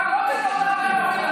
אגב, לא הוצאת הודעה בערבית.